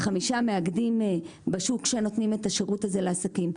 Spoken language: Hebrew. יש חמישה מאגדים בשוק שנותנים את השירות הזה לעסקים.